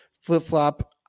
flip-flop